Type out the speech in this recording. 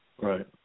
Right